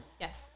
Yes